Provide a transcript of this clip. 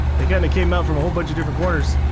they kinda came out from a whole bunch of different corners